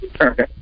Okay